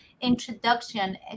introduction